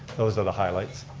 those are the highlights.